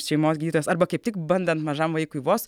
šeimos gydytojas arba kaip tik bandant mažam vaikui vos